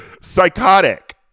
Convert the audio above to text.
Psychotic